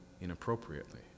inappropriately